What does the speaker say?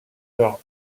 leur